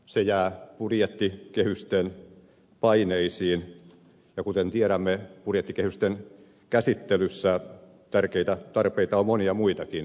se jää budjettikehysten paineisiin ja kuten tiedämme budjettikehysten käsittelyssä tärkeitä tarpeita on monia muitakin